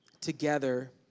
together